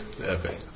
okay